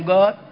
God